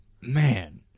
Man